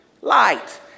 light